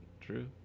true